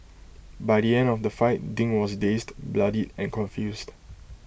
by the end of the fight ding was dazed bloodied and confused